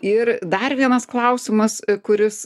ir dar vienas klausimas kuris